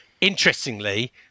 interestingly